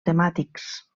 temàtics